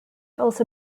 also